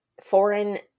foreign